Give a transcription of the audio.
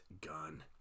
gun